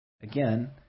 again